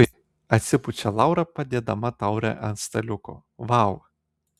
ui atsipučia laura padėdama taurę ant staliuko vau